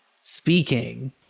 speaking